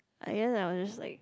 I am I was just like